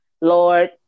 Lord